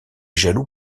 jaloux